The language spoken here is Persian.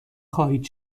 خواهید